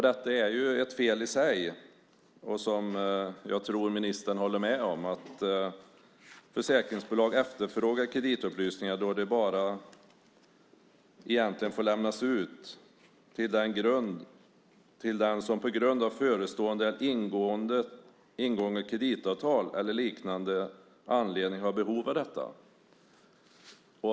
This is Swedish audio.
Det är ju ett fel i sig, något som jag tror att ministern håller med om, att försäkringsbolagen efterfrågar kreditupplysningar när dessa egentligen bara får lämnas ut till den som på grund av förestående ingående av kreditavtal eller liknande anledning har behov av detta.